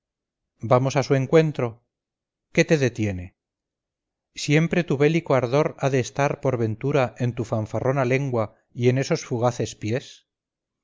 vamos a su encuentro qué te detiene siempre tu bélico ardor ha de estar por ventura en tu fanfarrona lengua y en esos fugaces pies